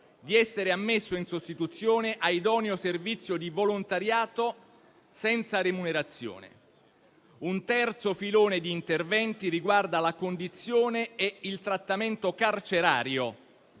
di essere ammesso in sostituzione a idoneo servizio di volontariato senza remunerazione. Un terzo filone di interventi riguarda la condizione e il trattamento carcerario.